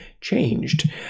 changed